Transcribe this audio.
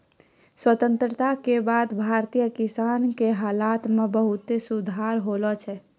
स्वतंत्रता के बाद भारतीय किसान के हालत मॅ बहुत सुधार होलो छै